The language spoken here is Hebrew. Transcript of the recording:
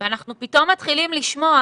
אנחנו פתאום מתחילים לשמוע